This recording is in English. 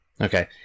Okay